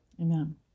Amen